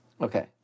Okay